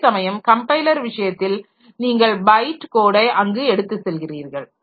அதேசமயம் கம்பைலர் விஷயத்தில் நீங்கள் பைட் கோடை அங்கு எடுத்துச் செல்கிறீர்கள்